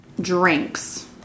Drinks